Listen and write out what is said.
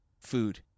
food